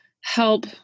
help